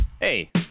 Hey